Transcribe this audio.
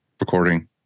recording